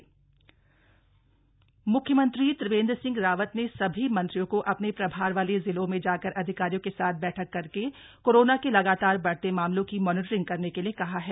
CM निर्देश मुख्यमंत्री त्रिवेंद्र सिंह रावत ने सभी मंत्रियों को अपने प्रभार वाले जिलों में जाकर अधिकारियों के साथ बैठक करके कोरोना के लगातार बढ़ते मामलों की मॉनीटरिंग करने के लिए कहा है